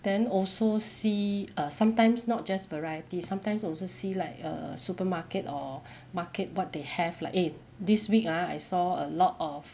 then also see uh sometimes not just variety sometimes also see like err supermarket or market what they have like eh this week ah I saw a lot of